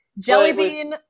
Jellybean